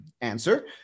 Answer